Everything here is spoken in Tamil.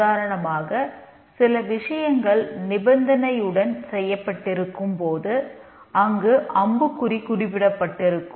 உதாரணமாக சில விஷயங்கள் நிபந்தனையுடன் செய்யப்பட்டிருக்கும் போது அங்கு அம்புக்குறி குறிப்பிடப்பட்டிருக்கும்